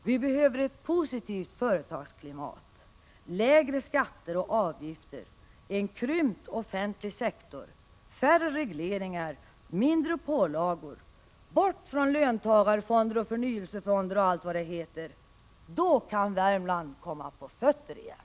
Vi behöver ett positivt företagsklimat, lägre skatter och avgifter, en krympt offentlig sektor, färre regleringar, mindre pålagor — bort från löntagarfonder, förnyelsefonder och allt vad det heter! Då kan Värmland komma på fötter igen.